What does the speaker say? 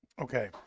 Okay